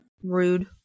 rude